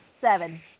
Seven